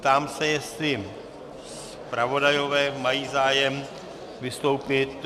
Ptám se, jestli zpravodajové mají zájem vystoupit.